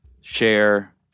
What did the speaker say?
share